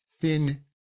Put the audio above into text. thin